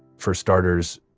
for starters,